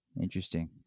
Interesting